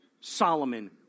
Solomon